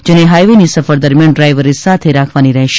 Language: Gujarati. જેને હાઇવેની સફર દરમ્યાન ડ્રાઇવરે સાથે રાખવાની રહેશે